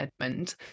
Edmund